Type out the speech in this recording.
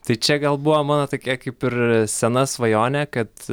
tai čia gal buvo mano tokia kaip ir sena svajonė kad